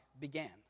began